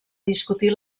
discutir